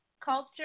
culture